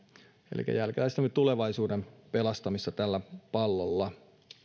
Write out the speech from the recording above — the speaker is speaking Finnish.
elikkä jälkeläistemme tulevaisuuden pelastamista tällä pallolla